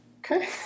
Okay